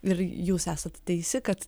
ir jūs esat teisi kad